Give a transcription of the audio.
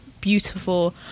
beautiful